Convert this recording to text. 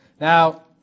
Now